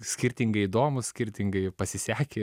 skirtingai įdomūs skirtingai pasisekę